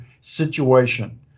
situation